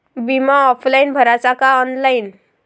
बिमा ऑफलाईन भराचा का ऑनलाईन?